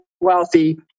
wealthy